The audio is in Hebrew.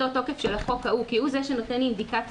אותו תוקף של החוק ההוא כי הוא זה שנותן אינדיקציה.